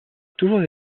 toujours